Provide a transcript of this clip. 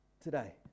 Today